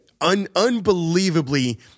unbelievably